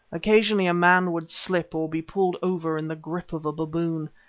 occasionally a man would slip, or be pulled over in the grip of a baboon.